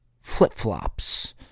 Flip-flops